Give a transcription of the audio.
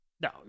no